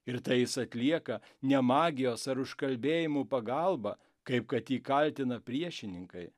ir tai jis atlieka ne magijos ar užkalbėjimų pagalba kaip kad jį kaltina priešininkai